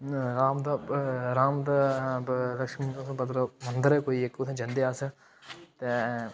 राम दा राम दा ब लक्ष्मण दा उत्थै मतलब मंदर ऐ कोई इक उत्थै जंदे अस ते